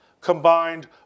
combined